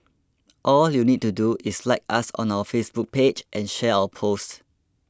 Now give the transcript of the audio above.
all you need to do is like us on our Facebook page and share our post